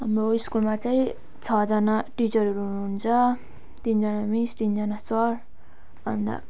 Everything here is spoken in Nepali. हाम्रो स्कुलमा चाहिँ छजना टिचरहरू हुनु हुन्छ तिनजना मिस तिनजना सर अन्त